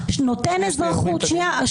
שנותן אזרחות -- אורית.